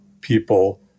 people